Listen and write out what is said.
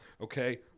Okay